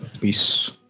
Peace